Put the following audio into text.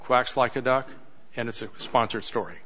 quacks like a duck and it's a sponsor story